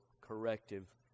corrective